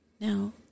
Now